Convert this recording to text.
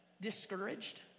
discouraged